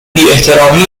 بیاحترامی